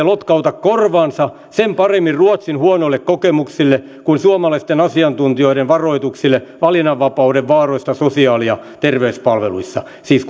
lotkauta korvaansa sen paremmin ruotsin huonoille kokemuksille kuin suomalaisten asiantuntijoiden varoituksille valinnanvapauden vaaroista sosiaali ja terveyspalveluissa siis